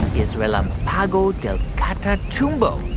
is relampago del catatumbo,